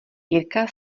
jirka